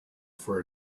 for